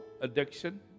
addiction